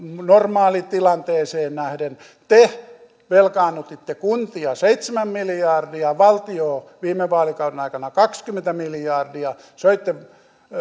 normaalitilanteeseen nähden te velkaannutitte kuntia seitsemän miljardia valtiota viime vaalikauden aikana kaksikymmentä miljardia söitte